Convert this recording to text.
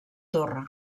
torre